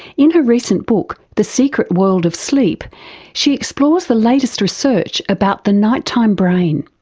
in her recent book the secret world of sleep she explores the latest research about the night-time brain.